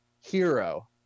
hero